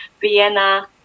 Vienna